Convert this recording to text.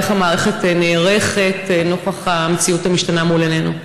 איך המערכת נערכת נוכח המציאות המשתנה מול עינינו?